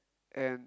and